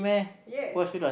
yes